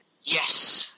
Yes